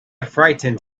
frightened